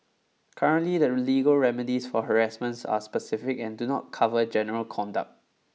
currently the legal remedies for harassment are specific and do not cover general conduct